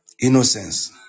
innocence